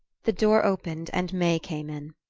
the door opened and may came in.